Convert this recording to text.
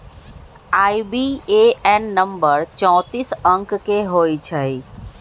IBAN number चौतीस अंक के होइ छइ